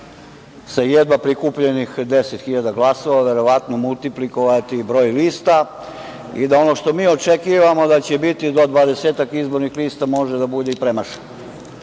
sa jedva prikupljenih 10.000 glasova verovatno multiplikovati i broj lista i da ono što mi očekujemo da će biti do dvadesetak izbornih lista može da bude i premašeno.